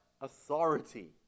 authority